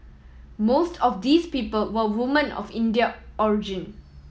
most of these people were woman of Indian origin